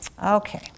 Okay